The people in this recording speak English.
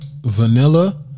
vanilla